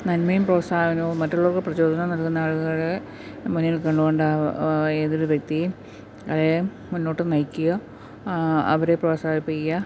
നന്മയും പ്രോത്സാഹനവും മറ്റുള്ളവർക്ക് പ്രചോദനവും നൽകുന്ന ആളുകളെ മുന്നിൽ കണ്ടുകൊണ്ട് ഏതൊരു വ്യക്തിയും മുന്നോട്ട് നയിക്കുക അവരെ പ്രോത്സാഹിപ്പിക്കുക